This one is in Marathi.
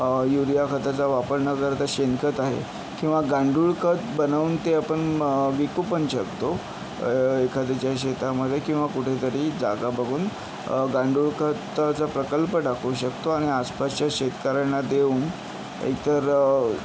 युरिया खताचा वापर न करता शेणखत आहे किंवा गांडूळ खत बनवून ते आपण विकू पण शकतो एखाद्याच्या शेतामध्ये किंवा कुठेतरी जागा बघून गांडूळ खताचा प्रकल्प टाकू शकतो आणि आसपासच्या शेतकऱ्यांना देऊन इतर